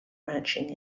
ranching